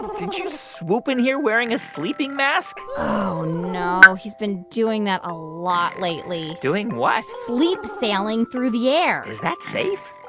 did you swoop in here wearing a sleeping mask? oh, no. he's been doing that a lot lately doing what? sleep sailing through the air is that safe?